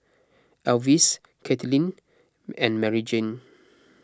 Elvis Caitlynn and Maryjane